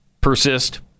persist